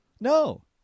No